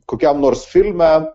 kokiam nors filme